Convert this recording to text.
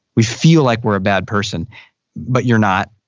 we feel like we're a bad person but you're not.